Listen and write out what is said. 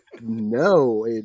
No